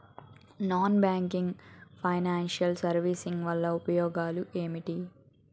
Non banking financial services వల్ల ఉపయోగాలు ఎంటి?